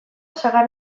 sagar